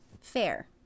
Fair